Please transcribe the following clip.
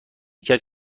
کرد